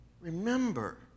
remember